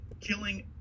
killing